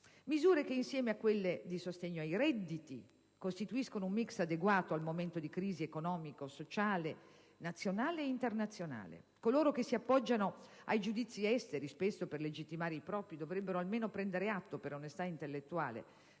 misure che, insieme a quelle di sostegno ai redditi, costituiscono un *mix* adeguato al momento di crisi economico-sociale nazionale e internazionale. Coloro che si appoggiano ai giudizi esteri spesso per legittimare i propri, dovrebbero almeno prendere atto - per onestà intellettuale